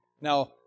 Now